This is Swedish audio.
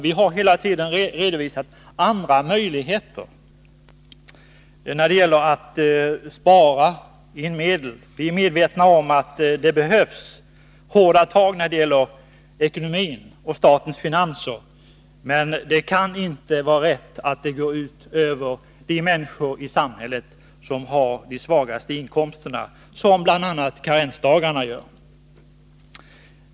Vi har hela tiden redovisat andra möjligheter när det gäller att spara in medel. Vi är medvetna om att det behövs hårda tag för att få rätsida på ekonomin och statens finanser, men det kan inte vara rätt att det går ut över de människor i samhället som har de lägsta inkomsterna, vilket bl.a. karensdagarna gör.